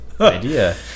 idea